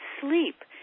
sleep